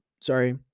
Sorry